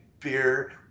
beer